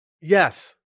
yes